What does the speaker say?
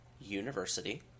University